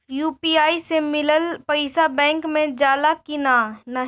UPI से मिलल पईसा बैंक मे जाला की नाहीं?